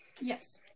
yes